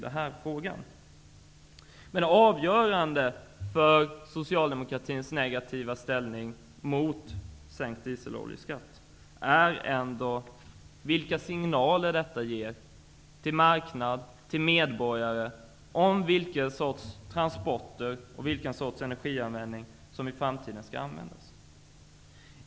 Det avgörande för Socialdemokraternas negativa inställning till sänkt dieseloljeskatt är ändå de signaler som detta ger till marknad och medborgare om vilken sorts transporter och energianvändning som i framtiden skall användas.